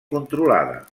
controlada